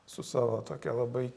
su savo tokia labai